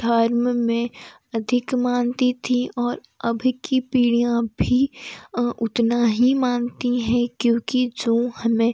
धर्म में अधिक मानती थी और अभी कि पीढ़ियाँ भी उतना ही मानती है क्योंकि जो हमें